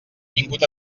vingut